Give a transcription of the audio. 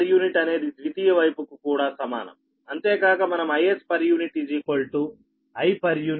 Ip అనేది ద్వితీయ వైపుకి కూడా సమానం అంతే కాక మనం Is I